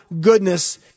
goodness